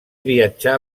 viatjà